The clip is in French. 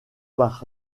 par